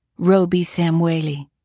robi samweli,